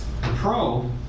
Pro